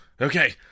Okay